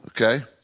okay